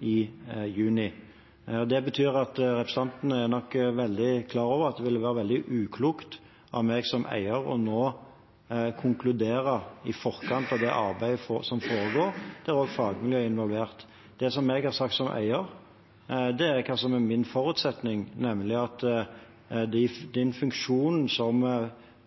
i juni. Det betyr at representanten nok er klar over at det ville være veldig uklokt av meg som eier nå å konkludere i forkant av det arbeidet som foregår, der også fagmiljøet er involvert. Det jeg har sagt som eier, er hva som er min forutsetning, nemlig at den funksjonen som